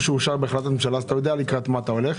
שאושר בהחלטת ממשלה ואתה יודע לקראת מה אתה הולך.